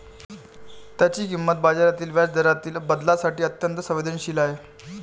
त्याची किंमत बाजारातील व्याजदरातील बदलांसाठी अत्यंत संवेदनशील आहे